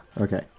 Okay